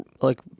like-